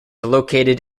located